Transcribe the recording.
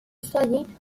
usually